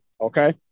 Okay